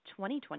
2020